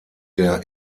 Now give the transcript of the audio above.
der